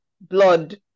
blood